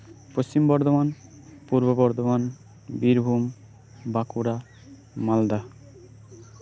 Paschim Bardhaman Purba Bardhaman Birbhum Bankura Malda